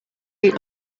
eat